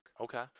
Okay